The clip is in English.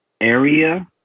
area